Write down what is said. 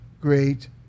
great